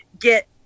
get –